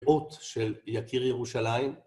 אות של יקיר ירושלים